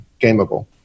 gameable